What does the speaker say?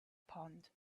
pond